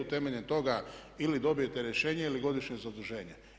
Temeljem toga ili dobijete rješenje ili godišnje zaduženje.